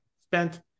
spent